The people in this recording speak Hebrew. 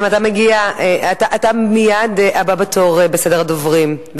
חיים, אתה הבא בתור בסדר הדוברים.